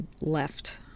left